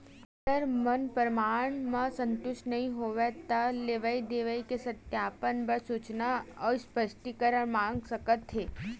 auditor मन परमान म संतुस्ट नइ होवय त लेवई देवई के सत्यापन बर सूचना अउ स्पस्टीकरन मांग सकत हे